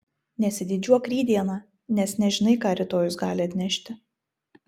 nesididžiuok rytdiena nes nežinai ką rytojus gali atnešti